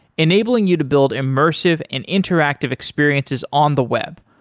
enabling you to build immersive and interactive experiences on the web,